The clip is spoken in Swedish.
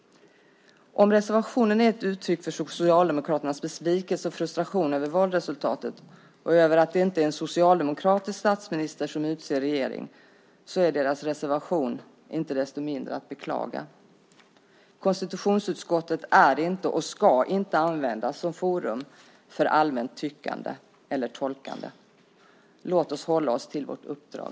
Om reservationen är ett uttryck för Socialdemokraternas besvikelse och frustration över valresultatet och över att det inte är en socialdemokratisk statsminister som utser regering är deras reservation inte desto mindre att beklaga. Konstitutionsutskottet är inte och ska inte användas som ett forum för allmänt tyckande eller tolkande. Låt oss hålla oss till vårt uppdrag.